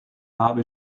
habe